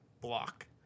block